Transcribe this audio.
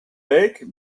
week